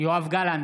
יואב גלנט,